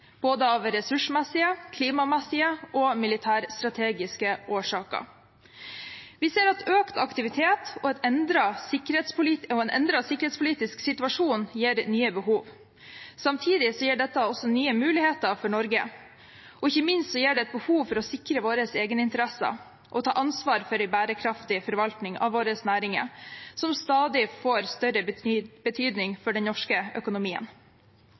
både av ressursmessige, klimamessige og militærstrategiske årsaker. Vi ser at økt aktivitet og en endret sikkerhetspolitisk situasjon gir nye behov. Samtidig gir dette også nye muligheter for Norge, og ikke minst gir det et behov for å sikre våre egeninteresser og ta ansvar for en bærekraftig forvaltning av våre næringer, som får stadig større betydning for den norske økonomien.